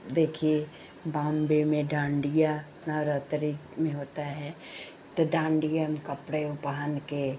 देखिए बाम्बे में डान्डिया नवरात्रि में होता है तो डान्डिया में कपड़े उ पहनकर